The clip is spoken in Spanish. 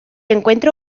encuentra